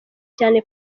cyane